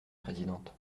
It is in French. présidente